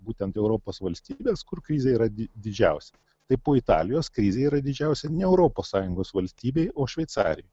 būtent europos valstybes kur krizė yra didžiausia tai po italijos krizė yra didžiausia ne europos sąjungos valstybėj o šveicarijoj